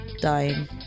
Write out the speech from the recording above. dying